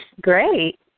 Great